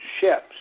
ships